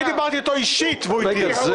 אני דיברתי איתו אישית, והוא התיר.